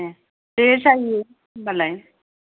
ए दे जायो होनबालाय